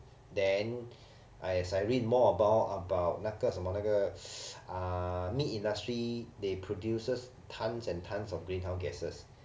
then I as I read more about about 那个什么那个 ah meat industry they produce tons and tons of greenhouse gases